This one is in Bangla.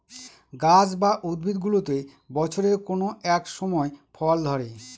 গাছ বা উদ্ভিদগুলোতে বছরের কোনো এক সময় ফল ধরে